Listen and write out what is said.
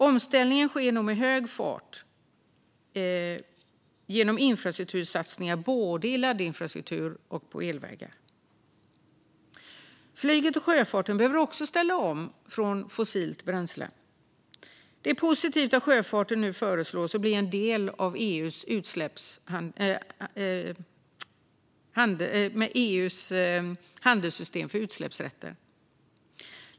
Omställningen sker nu med hög fart genom infrastruktursatsningar för både laddinfrastruktur och elvägar. Flyget och sjöfarten behöver också ställa om från fossilt bränsle. Det är positivt att sjöfarten nu föreslås bli en del av EU:s handelssystem för utsläppsrätter.